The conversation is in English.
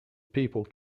people